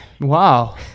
Wow